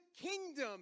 kingdom